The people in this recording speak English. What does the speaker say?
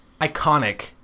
iconic